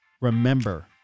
Remember